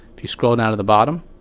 if you scroll down to the bottom,